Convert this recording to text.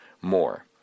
more